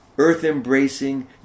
earth-embracing